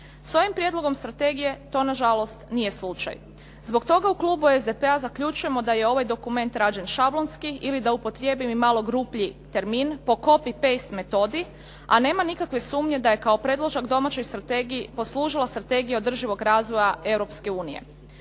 S ovim prijedlogom strategije to na žalost nije slučaj. Zbog toga u klubu SDP-a zaključujemo da je ovaj dokument rađen šablonski ili da upotrijebim i malo grublji termin po “copy paste“ metodi, a nema nikakve sumnje da je kao predložak domaćoj strategiji poslužila Strategija održivog razvoja